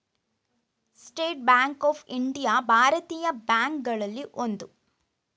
state Bank of India ಭಾರತೀಯ bank ಗಳಲ್ಲಿ ಒಂದು